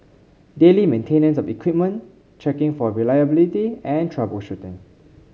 daily maintenance of equipment checking for reliability and troubleshooting